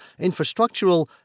infrastructural